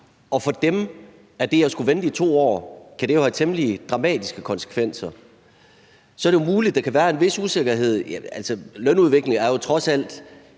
og for dem kan det at skulle vente i 2 år have temmelig dramatiske konsekvenser. Så er det muligt, at der kan være en vis usikkerhed, men lønudviklingen er jo trods alt